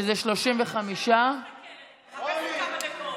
שזה 35. אני מחפשת כמה דקות.